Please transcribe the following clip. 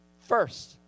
first